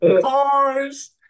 cars